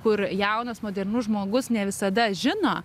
kur jaunas modernus žmogus ne visada žino